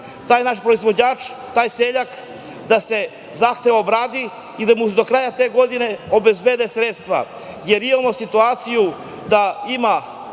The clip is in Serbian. taj naš proizvođač, taj seljak da se zahtev obradi i da mu se do kraja te godine obezbede sredstva, jer imamo situaciju da ima